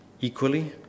equally